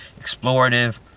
explorative